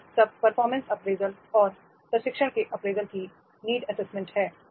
तो यह सब परफॉर्मेंस अप्रेजल और प्रशिक्षण के अप्रेजल की नीड एसेसमेंट्स है